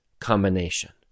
combination